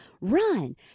run